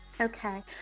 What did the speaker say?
Okay